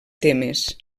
temes